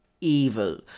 evil